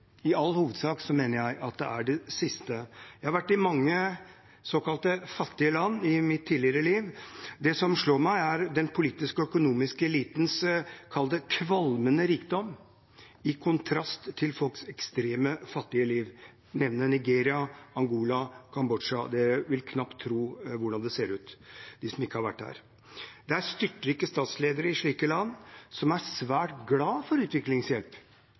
siste. Jeg var i mange såkalt fattige land i mitt tidligere liv. Det som slo meg, var den politiske og økonomiske elitens – kall det – kvalmende rikdom i kontrast til folks ekstremt fattige liv. Jeg kan nevne Nigeria, Angola og Kambodsja – de som ikke har vært der, vil knapt tro hvordan det ser ut. Det er styrtrike statsledere i slike land, som er svært glade for utviklingshjelp,